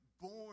born